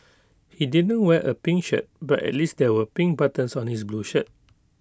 he didn't wear A pink shirt but at least there were pink buttons on his blue shirt